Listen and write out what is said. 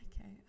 Okay